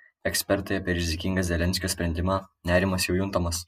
ekspertai apie rizikingą zelenskio sprendimą nerimas jau juntamas